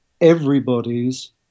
everybody's